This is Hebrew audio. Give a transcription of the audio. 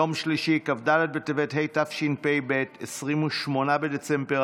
יום שלישי, כ"ד בטבת התשפ"ב, 28 בדצמבר